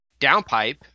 downpipe